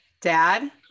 Dad